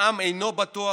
העם אינו בטוח